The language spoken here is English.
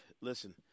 Listen